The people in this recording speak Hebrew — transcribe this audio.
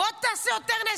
בוא תעשה יותר נזק.